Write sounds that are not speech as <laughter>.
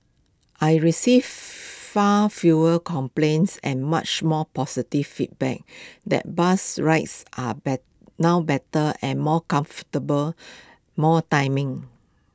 I receive <noise> far fewer complaints and much more positive feedback that bus rides are <unintelligible> now better and more comfortable more timing